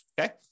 okay